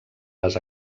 les